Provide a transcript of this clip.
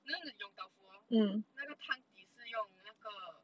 you know the yong tau fu hor 那个汤地是用那个